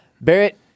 Barrett